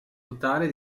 totale